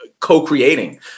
co-creating